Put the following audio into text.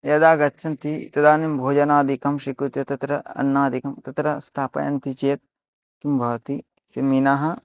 यदा गच्छन्ति तदानीं भोजनादिकं स्वीकृत्य तत्र अन्नादिकं तत्र स्थापयन्ति चेत् किं भवति ते मीनाः